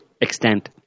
extent